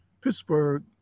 Pittsburgh